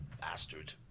bastard